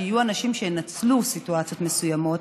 שיהיו אנשים שינצלו סיטואציות מסוימות,